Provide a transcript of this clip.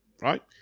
right